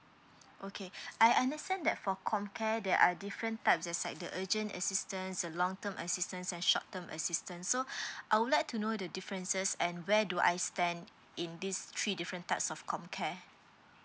okay I understand that for com care there are different types that like the urgent assistance a long term assistance and short term assistance so I would like to know the differences and where do I stand in these three different types of com care